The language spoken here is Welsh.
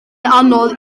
anodd